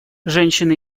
женщины